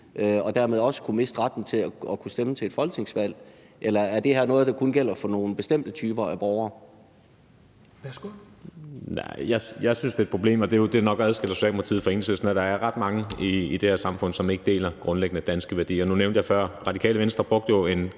de dermed også kunne miste retten til at stemme til et folketingsvalg? Eller er det her noget, der kun gælder for nogle bestemte typer af borgere?